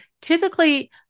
typically